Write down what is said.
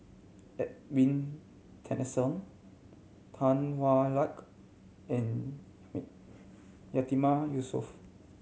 Edwin Tessensohn Tan Hwa Luck and Yatiman Yusof